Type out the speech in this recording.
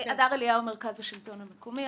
הדר אליהו ממרכז השלטון המקומי,